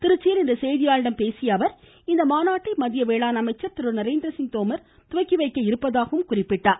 திருச்சியில் இன்று செய்தியாளர்களிடம் பேசிய அவர் இம்மாநாட்டை மத்திய வேளாண் அமைச்சர் திரு நரேந்திரசிங் தோமர் துவக்கிவைக்க இருப்பதாகவும் கூறினார்